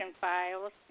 Files